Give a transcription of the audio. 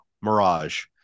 mirage